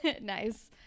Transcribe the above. Nice